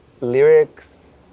lyrics